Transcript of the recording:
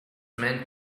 man